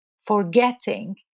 forgetting